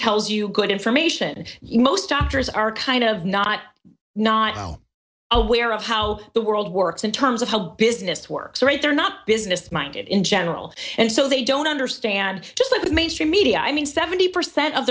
tells you good information most doctors are kind of not not aware of how the world works in terms of how business works right they're not business minded in general and so they don't understand just like mainstream media i mean seventy percent of